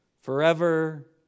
forever